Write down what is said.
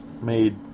made